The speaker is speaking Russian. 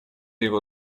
его